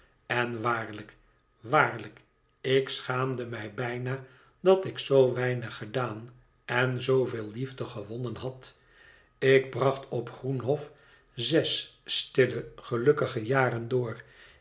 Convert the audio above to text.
en waarlijk waarlijk ik schaamde mij bijna dat ik zoo weinig gedaan en zooveel liefde gewonnen had ik bracht op groenhof zes stille gelukkige jaren door